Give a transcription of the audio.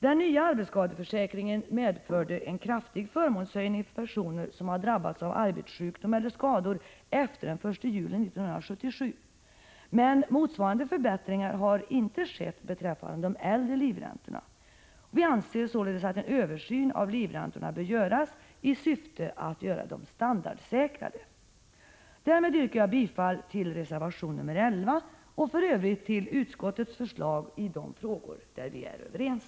Den nya arbetsskadeförsäkringen medförde en kraftig förmånshöjning för personer som har drabbats av arbetssjukdom eller arbetsskador efter den 1 juli 1977. Motsvarande förbättringar har emellertid inte skett beträffande de äldre livräntorna. Vi anser således att en översyn av livräntorna bör genomföras i syfte att göra dem standardsäkrade. Jag yrkar därmed bifall till reservation nr 11 och i övrigt bifall till utskottets förslag i de frågor där vi är överens.